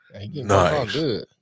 Nice